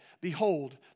Behold